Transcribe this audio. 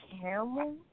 camel